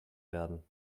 werden